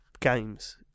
games